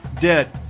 dead